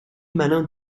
malin